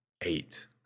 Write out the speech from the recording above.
eight